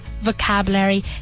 vocabulary